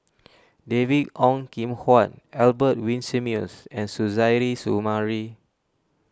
David Ong Kim Huat Albert Winsemius and Suzairhe Sumari